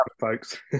folks